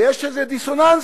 ויש איזה דיסוננסים.